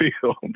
field